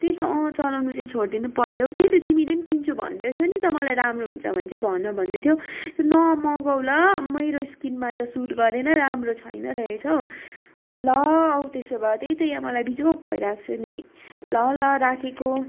त्यही त अँ चलाउनु चाहिँ छोडिदिनु पऱ्यो त्यही त तिमीले पनि किन्छु भन्दै थियौ नि त मलाई राम्रो हुन्छ भने चाहिँ भन भन्दैै थियौ त्यो नमगाऊ ल मेरो स्किनमा त सुट गरेन राम्रो छैन रहेछ हौ ल औ त्यसो भए त्यही त यहाँ मलाई बिजोक भइरहेको छ नि ल ल राखेको